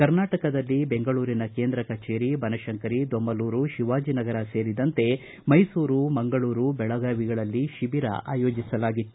ಕರ್ನಾಟಕದಲ್ಲಿ ಬೆಂಗಳೂರಿನ ಕೇಂದ್ರ ಕಚೇರಿ ಬನಶಂಕರಿ ದೊಮ್ಮಲೂರು ಶಿವಾಜನಗರ ಸೇರಿದಂತೆ ಮೈಸೂರು ಮಂಗಳೂರು ಬೆಳಗಾವಿಗಳಲ್ಲಿ ಶಿಬಿರ ಆಯೋಜಿಸಲಾಗಿತ್ತು